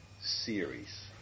series